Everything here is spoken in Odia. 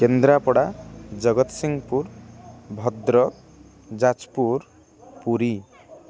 କେନ୍ଦ୍ରାପଡ଼ା ଜଗତସିଂହପୁର ଭଦ୍ରକ ଯାଜପୁର ପୁରୀ